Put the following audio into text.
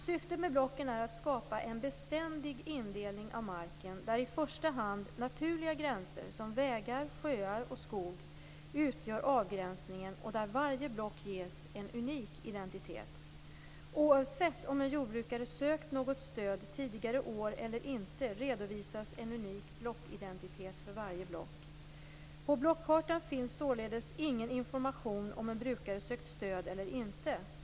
Syftet med blocken är att skapa en beständig indelning av marken där i första hand naturliga gränser som vägar, sjöar och skog utgör avgränsningen och där varje block ges en unik identitet. Oavsett om en jordbrukare sökt något stöd tidigare år eller inte redovisas en unik blockidentitet för varje block. På blockkartan finns således ingen information om ifall en brukare sökt stöd eller inte.